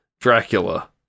Dracula